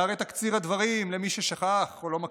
והרי תקציר הדברים למי ששכח או לא מכיר: